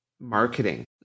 marketing